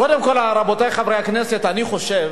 קודם כול, רבותי חברי הכנסת, אני חושב